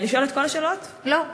לשאול את כל השאלות, או אחת-אחת?